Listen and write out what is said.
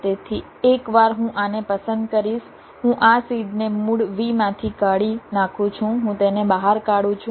તેથી એકવાર હું આને પસંદ કરીશ હું આ સીડને મૂળ V માંથી કાઢી નાખું છું હું તેને બહાર કાઢું છું